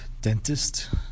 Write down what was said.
dentist